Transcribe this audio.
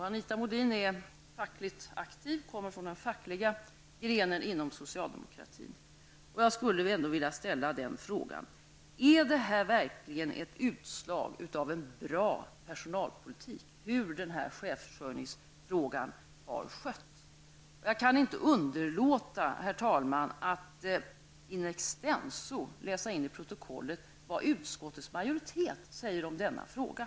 Anita Modin kommer från den fackliga grenen inom socialdemokratin, och jag skulle vilja ställa frågan till henne: Är det verkligen ett utslag av en bra personalpolitik hur den här chefsförsörjningsfrågan har skötts? Jag kan inte underlåta, herr talman, att in extenso läsa in i protokollet vad utskottets majoritet säger om denna fråga.